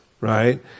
right